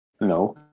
No